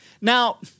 Now